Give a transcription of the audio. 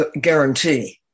guarantee